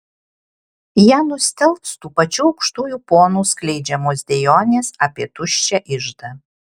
ją nustelbs tų pačių aukštųjų ponų skleidžiamos dejonės apie tuščią iždą